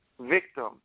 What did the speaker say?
victim